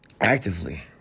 actively